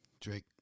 Drake